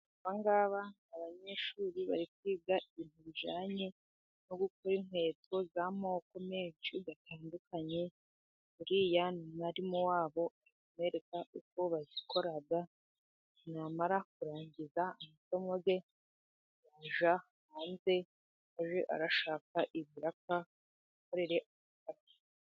Aba ngaba ni abanyeshuri bari kwiga ibintu bijyanye no gukora inkweto z'amoko menshi atandukanye. Uriya ni umwarimu wabo, ari kubereka uko bazikora. Namara kurangiza amasomo ye azajya hanze ajye arashaka ibiraka akorere abantu.